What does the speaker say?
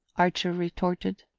archer retorted.